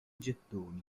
gettoni